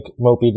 Mopey